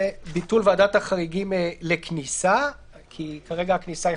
בטלה." זה ביטול ועדת החריגים לכניסה כי כרגע הכניסה היא